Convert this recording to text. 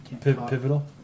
Pivotal